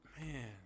Man